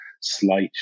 slight